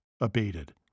abated